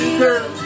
girl